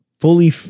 Fully